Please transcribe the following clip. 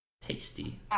tasty